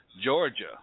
georgia